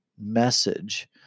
message